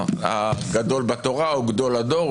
הגדול בתורה או גדול הדור,